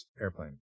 airplane